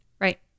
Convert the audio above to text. Right